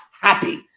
happy